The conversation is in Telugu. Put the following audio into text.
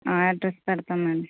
అడ్రస్ పెడతాం మేడం